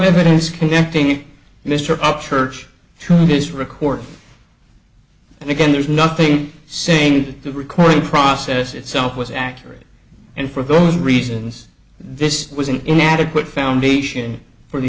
evidence connecting mr upchurch to this record and again there's nothing saying that the recording process itself was accurate and for those reasons this was an inadequate foundation for the